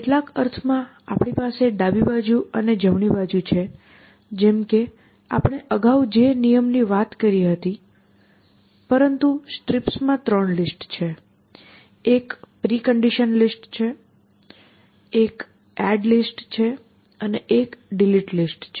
કેટલાક અર્થમાં આપણી પાસે ડાબી બાજુ અને જમણી બાજુ છે જેમ કે આપણે અગાઉ જે નિયમની વાત કરી હતી પરંતુ STRIPSમાં ત્રણ લિસ્ટ છે એક પ્રિકન્ડિશન લિસ્ટ છે એક એડ લિસ્ટ છે અને એક ડિલીટ લિસ્ટ છે